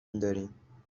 میداریم